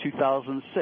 2006